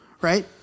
Right